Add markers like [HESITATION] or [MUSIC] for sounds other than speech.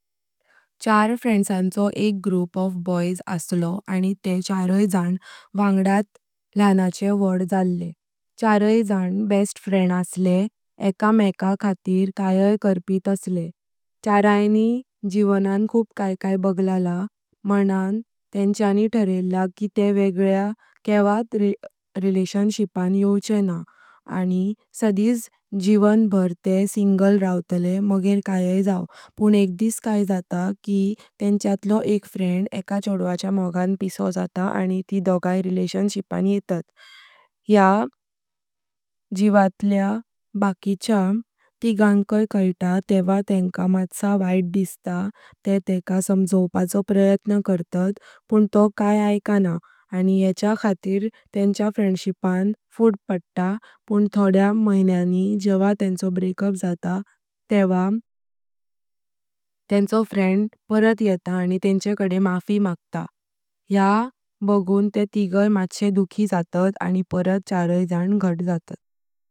चार अंचो एक ऑफ असलो आनी तें चाराई जण वांघडात ल्हाणाचें वाढ जाल्ले। चाराई जण असले एका मेका खातीर कायक करपी तासले। चारैणीक जीवणां खुर्प कायक कायक बगळा मणण तेंच्याणी ठरायला कि ते केवट ांव योवचें न्हा आनी सदिच जीवन भर ते रावताले मगेरे कायक जाव। पुं एक दिस कायक जाता कि तेंच्यातलो एक एका चौदवाच्या मगण पिसो जात आनी ती डोगाई ांव येतात। या [HESITATION] जेंवळतार बकीच्या तिगांकाइ कायतांव तेंवा तेंका मात्श्या वैत दिसता ते तेका समजवपाक्चो प्रयत्न करतात पुं तो कायक ऐकणा आनी येच्या खातीर तेंच्या फ्रेंडशिपेन फूट पडता पुं थोड़्या माहिन्याणी जेवा तेंचो जातां तेंवा तेंचो तो परात येता आनी तेंचेकादे माफी मागता या बघूण ते तिगाई माट्षे दुखी जातात आनी परात चाराई जण घात जातात।